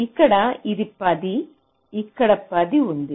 ఇక్కడ ఇది 10 ఇక్కడ 10 ఉంది